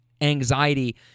anxiety